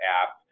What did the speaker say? app